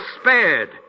spared